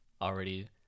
already